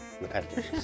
repetitive